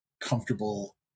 comfortable